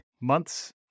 months